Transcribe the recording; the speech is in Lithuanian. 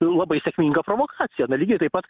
labai sėkminga provokacija lygiai taip pat